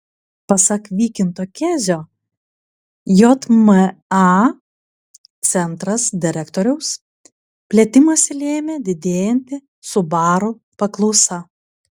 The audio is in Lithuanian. pasak vykinto kezio jma centras direktoriaus plėtimąsi lėmė didėjanti subaru paklausa